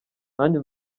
nanjye